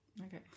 okay